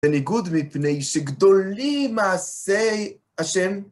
בניגוד, מפני שגדולי מעשי השם